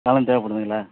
கலந்து தேவைப்படுதுங்களா